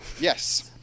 Yes